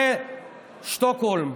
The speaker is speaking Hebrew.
זה שטוקהולם,